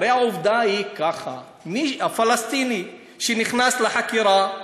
הרי העובדה היא כך, הפלסטיני שנכנס לחקירה,